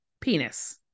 penis